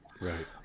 Right